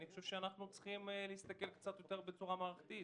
אני חושב שצריך להסתכל בצורה יותר מערכתית.